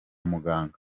muganga